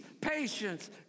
patience